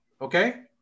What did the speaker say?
okay